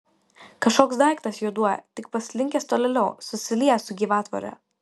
kažkoks daiktas juoduoja tik pasislinkęs tolėliau susiliejęs su gyvatvore